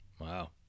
Wow